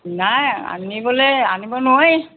নাই আনিবলৈ আনিব নোৱাৰি